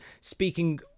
speaking